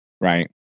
right